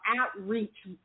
outreach